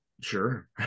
Sure